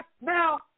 now